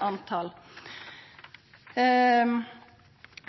veldig høgt